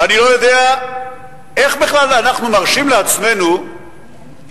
ואני לא יודע איך בכלל אנחנו מרשים לעצמנו לקבל